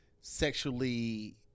sexually